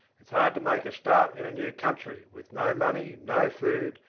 it's hard to make a start in a new country with no money, no food,